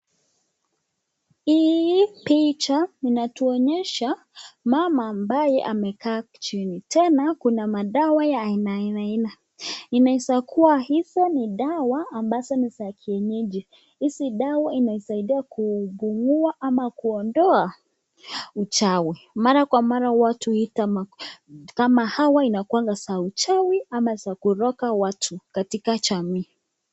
Hii picha inatuonyesha mama ambaye amekaa chini, tena kuna madawa ya aina aina. Inaeza kuwa hizo ni dawa ambazo ni za kienyeji. Hizi dawa inasaidia kuua ama kuondoa uchawi. Mara kwa mara huwa twaita, kama hawa inakuaga za uchawi ama za kuroga watu katika jamii.